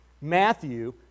matthew